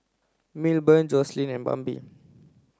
Milburn Joslyn and Bambi